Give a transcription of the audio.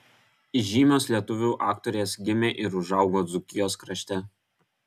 žymios lietuvių aktorės gimė ir užaugo dzūkijos krašte